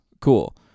cool